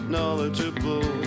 Knowledgeable